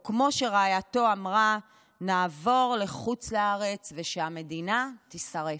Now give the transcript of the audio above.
או כמו שרעייתו אמרה: נעבור לחוץ לארץ ושהמדינה תישרף.